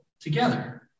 together